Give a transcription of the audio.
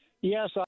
Yes